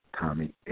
Tommy